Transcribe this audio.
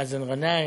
מאזן גנאים,